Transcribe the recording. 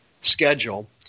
schedule